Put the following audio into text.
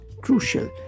crucial